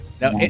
Now